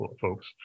folks